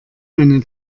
eine